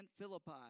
Philippi